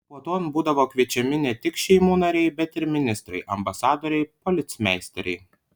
puoton būdavo kviečiami ne tik šeimų nariai bet ir ministrai ambasadoriai policmeisteriai